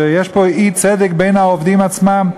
שיש פה אי-צדק בין העובדים עצמם.